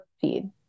feed